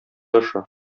аша